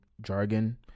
jargon